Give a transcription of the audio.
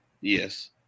Yes